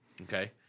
Okay